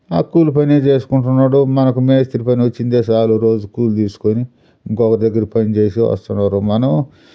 ఆ కూలి పనే చేసుకుంటున్నాడు మనకి మేస్త్రీ పని వచ్చిందే చాలు రోజు కూలి తీసుకొని ఇంకొక దగ్గర పనిచేసి వస్తున్నారు మనము